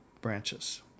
branches